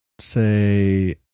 say